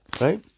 right